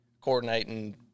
coordinating